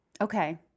Okay